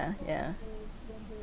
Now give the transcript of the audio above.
ah yeah